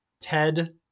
ted